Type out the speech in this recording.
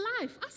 life